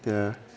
ya